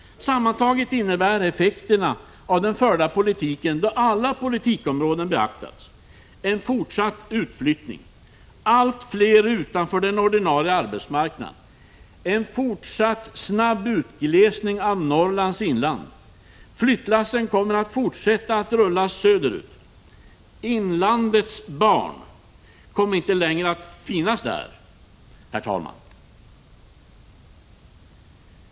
Sammantaget innebär effekterna av den förda politiken — då alla politikområden beaktats — en fortsatt utflyttning; allt fler står utanför den ordinarie arbetsmarknaden, och det blir en fortsatt snabb utglesning av Norrlands inland. Flyttlassen kommer att fortsätta att rulla söderut. Inlandets barn kommer inte längre att finnas där, herr talman.